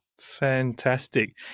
Fantastic